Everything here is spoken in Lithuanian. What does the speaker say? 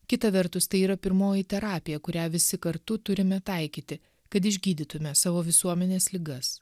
kita vertus tai yra pirmoji terapija kurią visi kartu turime taikyti kad išgydytume savo visuomenės ligas